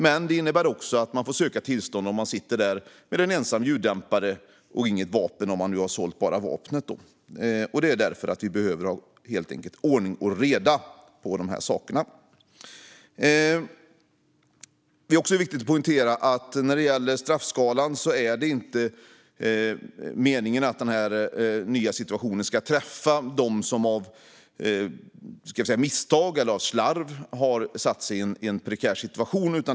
Men det innebär också att man får söka tillstånd om man har en ensam ljuddämpare och inget vapen, om man nu har sålt bara vapnet. Det beror helt enkelt på att vi behöver ha ordning och reda i de här sakerna. Det är också viktigt att poängtera när det gäller straffskalan att det inte är meningen att den nya situationen ska träffa dem som av misstag eller slarv har försatt sig i en prekär situation.